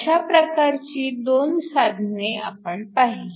अशा प्रकारची दोन साधने आपण पाहिली